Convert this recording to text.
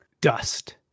dust